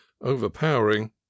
overpowering